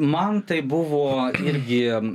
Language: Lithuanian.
man tai buvo irgi